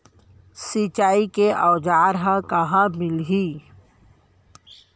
सिंचाई के औज़ार हा कहाँ मिलही?